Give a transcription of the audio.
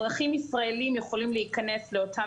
אזרחים ישראלים יכולים להיכנס לאותן